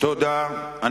תודה רבה.